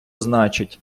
значить